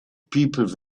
people